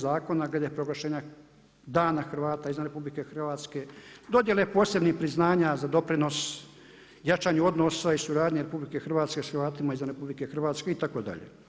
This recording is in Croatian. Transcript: Zakona glede proglašenja dana Hrvata izvan RH, dodijele posebnih priznanja za doprinos, jačanje odnosa i suradnje RH s Hrvatima izvan RH itd.